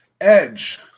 Edge